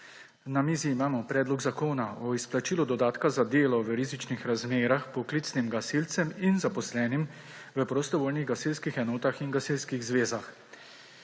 Na mizi imamo Predlog zakona o izplačilu dodatka za delo v rizičnih razmerah poklicnim gasilcem in zaposlenim v prostovoljnih gasilskih enotah in gasilskih zvezah.